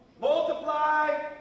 multiply